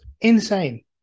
insane